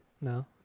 No